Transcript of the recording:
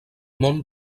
món